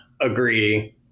agree